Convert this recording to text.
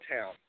town